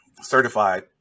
certified